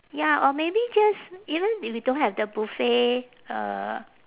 ya or maybe just even if you don't have the buffets uh